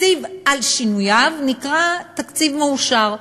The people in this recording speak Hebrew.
התקציב על שינוייו נקרא תקציב מאושר,